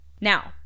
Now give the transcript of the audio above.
Now